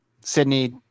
sydney